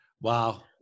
wow